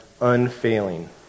unfailing